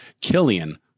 Killian